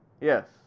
Yes